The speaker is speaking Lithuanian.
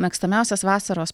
mėgstamiausias vasaros